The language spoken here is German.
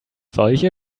solche